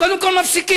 קודם כול מפסיקים.